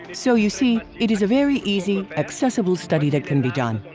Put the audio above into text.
so, you see, it is a very easy, accessible study that can be done.